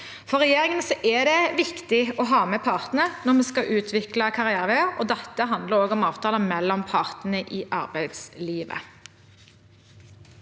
For regjeringen er det viktig å ha med partene når vi skal utvikle karriereveier, og det handler også om avtaler mellom partene i arbeidslivet.